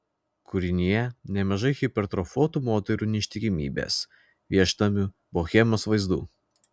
kūrinyje nemažai hipertrofuotų moterų neištikimybės viešnamių bohemos vaizdų